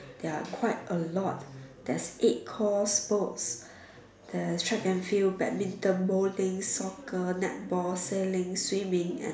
they are quite a lot there's eight course boats there's track and field badminton bowling soccer netball sailing swimming and